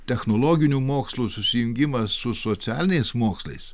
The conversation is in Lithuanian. technologinių mokslų susijungimą su socialiniais mokslais